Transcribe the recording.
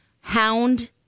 hound